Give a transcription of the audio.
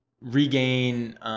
regain